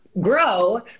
grow